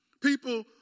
People